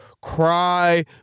cry